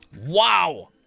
Wow